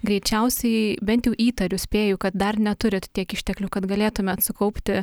greičiausiai bent jau įtariu spėju kad dar neturit tiek išteklių kad galėtumėt sukaupti